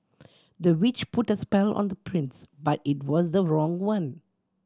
the witch put a spell on the prince but it was the wrong one